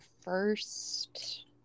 first